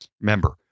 Remember